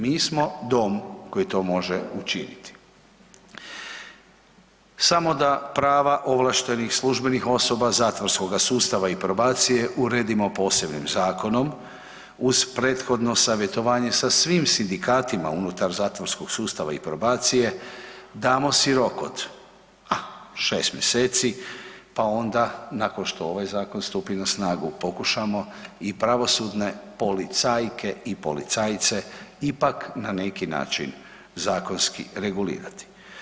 Mi smo dom koji to može učiniti, samo da prava ovlaštenih službenih osoba zatvorskoga sustava i probacije uredimo posebnim zakonom uz prethodno savjetovanje sa svim sindikatima unutar zatvorskog sustava i probacije, damo si rok od ah, 6 mjeseci pa onda nakon što ovaj zakon stupi na snagu pokušamo i pravosudne policajke i policajce ipak na neki način zakonski regulirati.